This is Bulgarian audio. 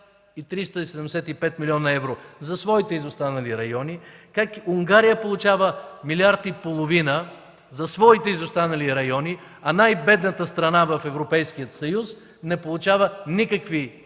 375 млн. евро за своите изостанали райони, как Унгария получава 1,5 млрд. евро за своите изостанали райони, а най-бедната страна в Европейския съюз не получава никакви